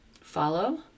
Follow